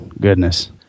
goodness